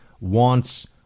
wants